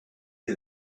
you